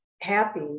happy